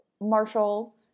Marshall